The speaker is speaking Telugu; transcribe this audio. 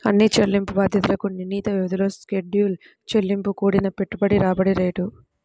అన్ని చెల్లింపు బాధ్యతలకు నిర్ణీత వ్యవధిలో షెడ్యూల్ చెల్లింపు కూడిన పెట్టుబడి రాబడి రేటు